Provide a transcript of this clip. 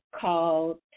called